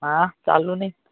ହାଁ ଚାଲୁନି